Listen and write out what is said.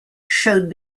showed